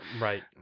Right